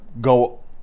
go